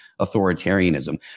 authoritarianism